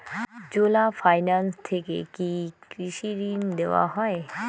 চোলা finance থেকে কি কৃষি ঋণ দেওয়া হয়?